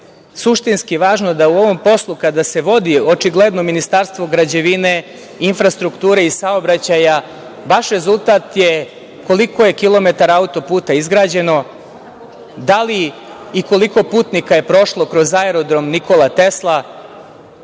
suštinski važno u ovom poslu kada se vodi, očigledno, Ministarstvo građevine, infrastrukture i saobraćaja vaš rezultat je koliko je kilometara auto-puta izgrađeno, da li i koliko putnika je prošlo kroz aerodrom „Nikola Tesla“.